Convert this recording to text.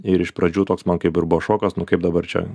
ir iš pradžių toks man kaip ir buvo šokas nu kaip dabar čia